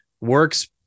Work's